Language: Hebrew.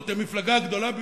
זאת המפלגה הגדולה ביותר,